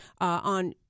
on